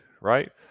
right